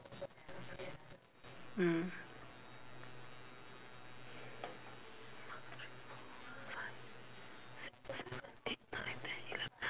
mm six seven eight nine ten eleven